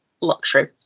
luxury